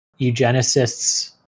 eugenicists